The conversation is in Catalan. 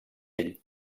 ell